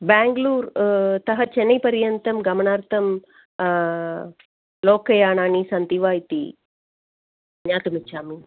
बेङ्ग्ळूर् तः चन्नै पर्यन्तं गमनार्थं लोकयानानि सन्ति वा इति ज्ञातुमिच्छामि